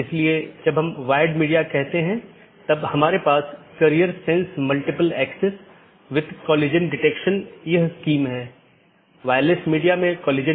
इसलिए अगर हम फिर से इस आंकड़े पर वापस आते हैं तो यह दो BGP स्पीकर या दो राउटर हैं जो इस विशेष ऑटॉनमस सिस्टमों के भीतर राउटरों की संख्या हो सकती है